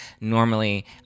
normally